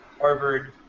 Harvard